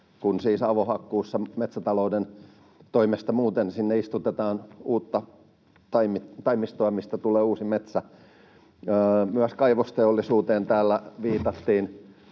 siis avohakkuussa metsätalouden toimesta muuten sinne istutetaan uutta taimistoa, mistä tulee uusi metsä. Myös kaivosteollisuuteen täällä viitattiin